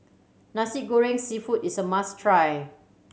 Nasi Goreng Seafood is a must try